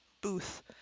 booth